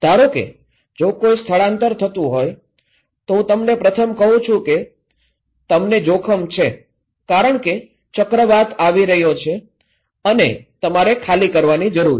ધારો કે જો કોઈ સ્થળાંતર થતું હોય તો હું તમને પ્રથમ કહું છું કે તમને જોખમ છે કારણ કે ચક્રવાત આવી રહ્યો છે અને તમારે ખાલી કરવાની જરૂર છે